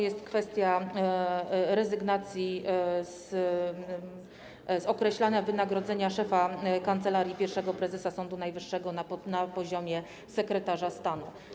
Jest to kwestia rezygnacji z określania wynagrodzenia szefa Kancelarii Pierwszego Prezesa Sądu Najwyższego na poziomie sekretarza stanu.